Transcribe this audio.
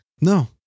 No